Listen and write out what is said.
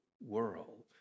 world